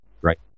right